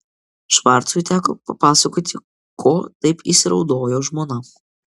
švarcui teko papasakoti ko taip įsiraudojo žmona